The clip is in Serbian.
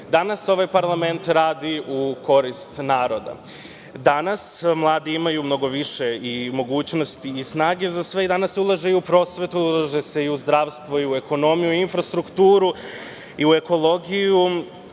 danas ovaj parlament radi u korist naroda, danas mladi imaju mnogo više i mogućnosti i snage za sve i danas se ulaže i u prosvetu, ulaže se i u zdravstvo, i u ekonomiju, u infrastrukturu, i u ekologiju,